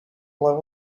blow